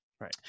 Right